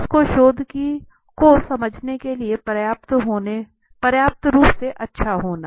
उसको शोध को समझने के लिए पर्याप्त रूप से अच्छा होना